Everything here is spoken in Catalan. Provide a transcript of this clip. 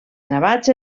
gravats